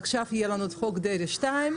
עכשיו יהיה לנו את "חוק דרעי 2",